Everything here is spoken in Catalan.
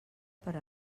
per